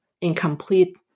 incomplete